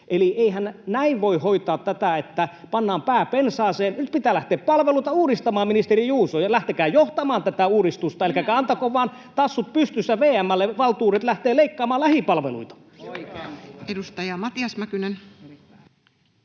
Eli eihän näin voi hoitaa tätä, että pannaan pää pensaaseen. Nyt pitää lähteä palveluita uudistamaan, ministeri Juuso. Lähtekää johtamaan tätä uudistusta, älkääkä antako vaan tassut pystyssä VM:lle valtuuksia lähteä leikkaamaan lähipalveluita. Edustaja Matias Mäkynen.